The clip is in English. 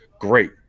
great